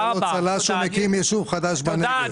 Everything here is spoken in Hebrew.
מגיע לו צל"ש, הוא מקים יישוב חדש בנגב.